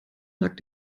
lag